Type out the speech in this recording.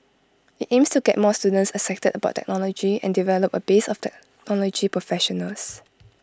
IT aims to get more students excited about technology and develop A base of technology professionals